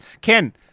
Ken